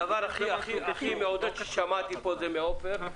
הדבר הכי מעודד ששמעתי פה זה מעופר,